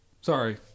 sorry